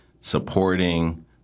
supporting